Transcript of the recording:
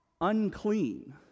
unclean